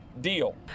deal